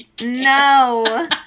No